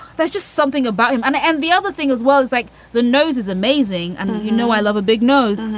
just something about him. and and the other thing as well is like the nose is amazing and you know, i love a big nose,